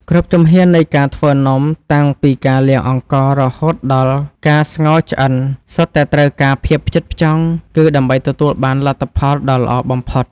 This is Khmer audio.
គ្រប់ជំហាននៃការធ្វើនំតាំងពីការលាងអង្កររហូតដល់ការស្ងោរឆ្អិនសុទ្ធតែត្រូវការភាពផ្ចិតផ្ចង់ គឺ ដើម្បីទទួលបានលទ្ធផលដ៏ល្អបំផុត។